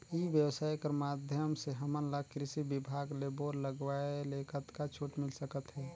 ई व्यवसाय कर माध्यम से हमन ला कृषि विभाग ले बोर लगवाए ले कतका छूट मिल सकत हे?